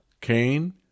Cain